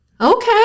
okay